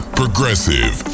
progressive